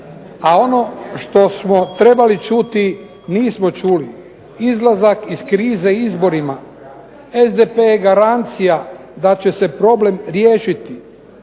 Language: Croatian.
a ono što smo trebali čuti nismo čuli. Izlazak iz krize izborima. SDP je garancija da će se problem riješiti.